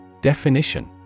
Definition